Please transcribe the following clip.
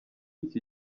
iki